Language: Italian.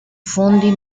fondi